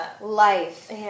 life